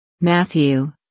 Matthew